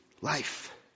life